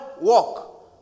walk